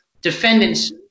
defendants